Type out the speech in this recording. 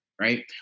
right